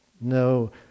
no